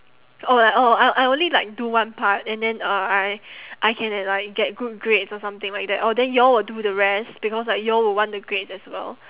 oh like orh I I I only like do one part and then uh I I can get like get good grades or something like that orh then y'all will do the rest because like y'all will want the grades as well